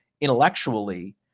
intellectually